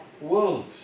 world